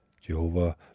Jehovah